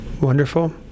Wonderful